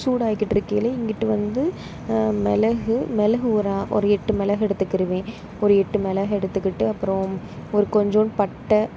சூடாயிக்கிட்டுருக்கையிலே இங்கிட்டு வந்து மிளகு மிளகு ஒரு ஒரு எட்டு மிளகு எடுத்துக்கிடுவேன் ஒரு எட்டு மிளகு எடுத்துக்கிட்டு அப்புறோம் ஒரு கொஞ்சூண்டு பட்டை